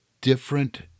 different